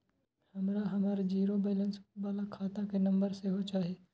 हमरा हमर zero balance बाला खाता के नम्बर सेहो चाही